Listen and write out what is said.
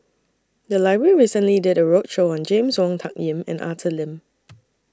The Library recently did A roadshow on James Wong Tuck Yim and Arthur Lim